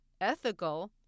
ethical